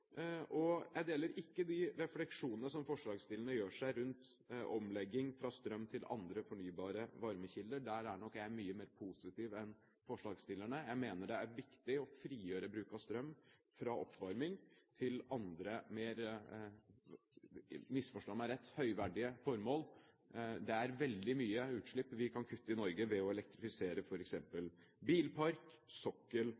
formål. Jeg deler ikke de refleksjoner som forslagsstillerne gjør seg rundt omlegging fra strøm til andre fornybare varmekilder. Der er nok jeg mye mer positiv enn forslagsstillerne. Jeg mener det er viktig å frigjøre bruk av strøm fra oppvarming til andre mer – misforstå meg rett – høyverdige formål. Det er veldig mye utslipp vi kan kutte i Norge ved å elektrifisere